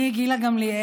אני, גילה גמליאל,